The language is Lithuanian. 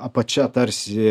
apačia tarsi